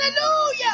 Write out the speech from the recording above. hallelujah